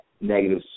negative